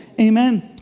Amen